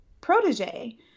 protege